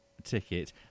Ticket